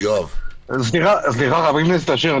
חבר הכנסת אשר,